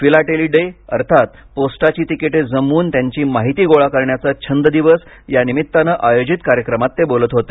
philately day अर्थात पोस्टाची तिकिटे जमवून त्यांची माहिती गोळा करण्याचा छंद दिवस या निमित्ताने आयोजित कार्यक्रमात ते बोलत होते